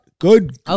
good